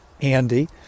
Andy